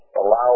allow